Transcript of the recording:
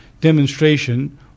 demonstration